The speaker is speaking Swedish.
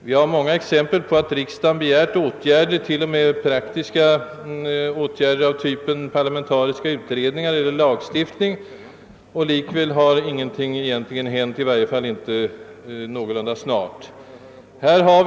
Det finns många exempel på att riksdagen begärt t.o.m. praktiska åtgärder av typen parlamentariska utredningar eller lagstiftning utan att något egentligt hänt, i varje fall inte inom någorlunda rimlig tid.